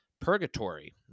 purgatory